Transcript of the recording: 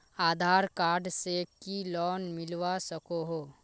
आधार card से की loan मिलवा सकोहो?